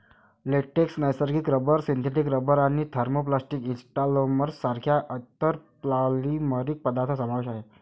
latex, नैसर्गिक rubber, synthetic rubber आणि thermoplastic elastomers सारख्या इतर पॉलिमरिक पदार्थ समावेश आहे